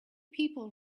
people